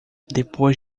depois